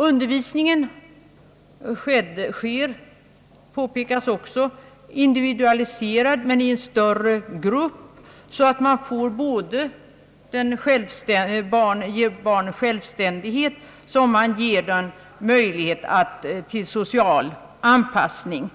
Undervisningen sker individualiserad men i en större grupp, så att den lär barnen arbeta självständigt samtidigt som den ger möjlighet till social anpassning.